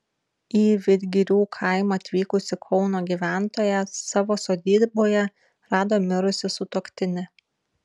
į vidgirių kaimą atvykusi kauno gyventoja savo sodyboje rado mirusį sutuoktinį